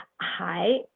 hi